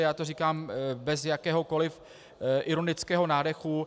Já to říkám bez jakéhokoliv ironického nádechu.